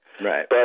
Right